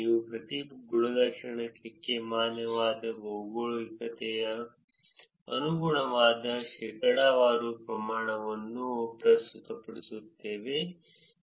ನಾವು ಪ್ರತಿ ಗುಣಲಕ್ಷಣಕ್ಕೆ ಮಾನ್ಯವಾದ ಭೌಗೋಳಿಕತೆಗೆ ಅನುಗುಣವಾದ ಶೇಕಡಾವಾರು ಪ್ರಮಾಣವನ್ನು ಪ್ರಸ್ತುತಪಡಿಸುತ್ತೇವೆ